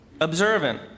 observant